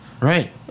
Right